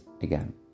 again